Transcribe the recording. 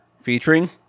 featuring